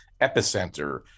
epicenter